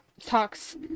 talks